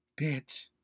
bitch